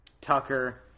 Tucker